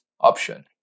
option